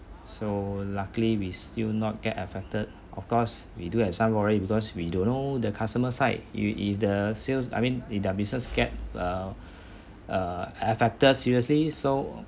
so luckily we still not get affected of course we do have some worry because we don't know the customer's side you if if the sales I mean if the business get err err affected seriously so